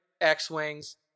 X-Wings